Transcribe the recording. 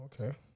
okay